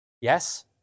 Yes